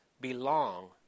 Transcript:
belong